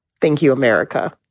thank you, america